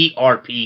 ERP